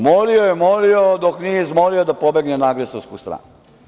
Molio je molio, dok nije izmolio da pobegne na agresorsku stranu.